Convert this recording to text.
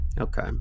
Okay